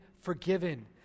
forgiven